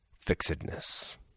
fixedness